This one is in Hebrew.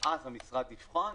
שאז המשרד יבחן.